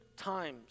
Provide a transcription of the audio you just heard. times